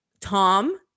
tom